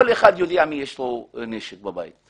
כל אחד יודע למי יש נשק בבית.